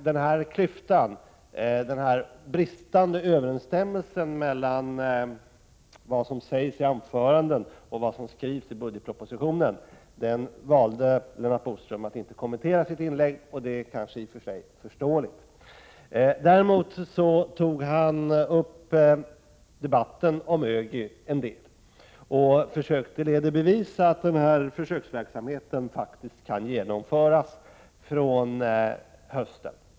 Den bristande överensstämmelsen mellan vad som sägs i anföranden och vad som skrivs i budgetpropositionen valde Lennart Bodström att inte kommentera i sitt inlägg, och det är i och för sig förståeligt. Däremot tog han upp debatten om ÖGY, och han försökte bevisa att försöksverksamheten faktiskt kan genomföras från hösten.